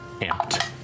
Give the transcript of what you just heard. amped